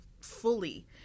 fully